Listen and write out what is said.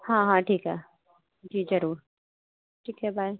हाँ हाँ ठीक है जी ज़रूर ठीक है बाय